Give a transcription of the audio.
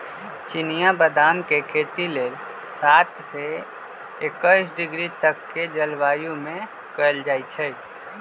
चिनियाँ बेदाम के खेती लेल सात से एकइस डिग्री तक के जलवायु में कएल जाइ छइ